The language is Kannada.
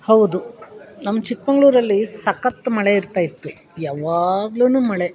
ಹೌದು ನಮ್ಮ ಚಿಕ್ಕಮಂಗ್ಳೂರಲ್ಲಿ ಸಕ್ಕತ್ ಮಳೆ ಇರ್ತಾ ಇತ್ತು ಯಾವಾಗ್ಲು ಮಳೆ